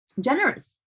Generous